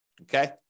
okay